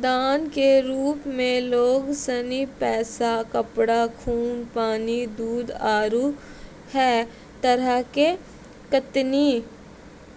दान के रुप मे लोग सनी पैसा, कपड़ा, खून, पानी, दूध, आरु है तरह के कतेनी